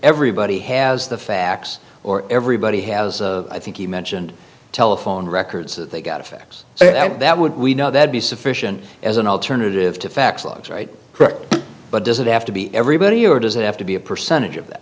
everybody has the facts or everybody has i think you mentioned telephone records that they got effects that that would we know that be sufficient as an alternative to facts lives right correct but does it have to be everybody or does it have to be a percentage of that